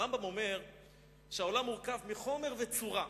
הרמב"ם אומר שהעולם מורכב מחומר וצורה,